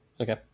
okay